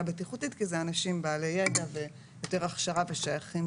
בטיחותית כי זה אנשים בעל ידע ויותר הכשרה ושייכים